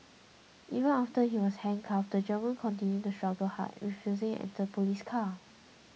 even after he was handcuffed the German continued to struggle hard refusing enter police car